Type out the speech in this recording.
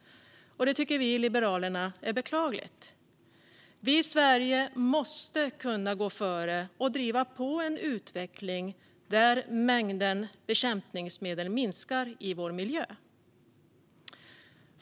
Det tycker vi i Liberalerna är beklagligt. Sverige måste kunna gå före och driva på en utveckling där mängden bekämpningsmedel minskar i miljön.